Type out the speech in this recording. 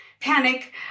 panic